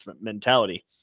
mentality